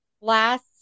last